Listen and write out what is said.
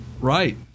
Right